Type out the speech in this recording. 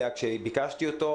הבנתי,